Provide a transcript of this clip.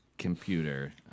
computer